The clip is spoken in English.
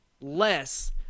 less